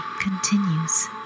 continues